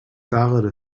ballad